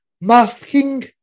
masking